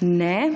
(Ne.)